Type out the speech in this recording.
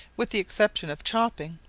with the exception of chopping,